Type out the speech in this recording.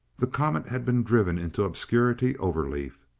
the comet had been driven into obscurity overleaf.